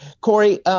Corey